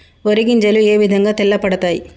వరి గింజలు ఏ విధంగా తెల్ల పడతాయి?